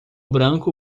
branco